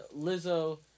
Lizzo